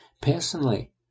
Personally